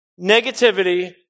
negativity